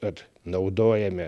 kad naudojame